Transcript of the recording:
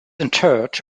interred